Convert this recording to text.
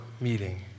meeting